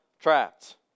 trapped